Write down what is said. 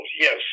yes